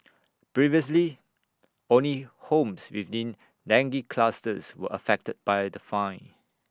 previously only homes within dengue clusters were affected by the fine